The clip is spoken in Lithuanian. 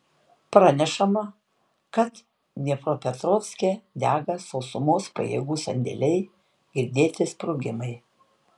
pranešama kad dniepropetrovske dega sausumos pajėgų sandėliai girdėti sprogimai